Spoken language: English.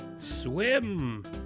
Swim